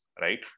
right